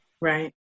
right